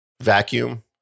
vacuum